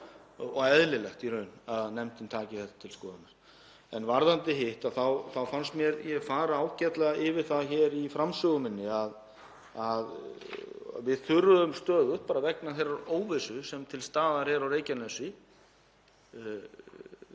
og eðlilegt í raun að nefndin taki það til skoðunar. Varðandi hitt þá fannst mér ég fara ágætlega yfir það í framsögu minni að við þurfum, bara vegna þeirrar óvissu sem til staðar er á Reykjanesskaga